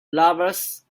lovers